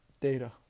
data